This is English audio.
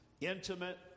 intimate